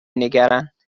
نگرند